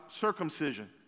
circumcision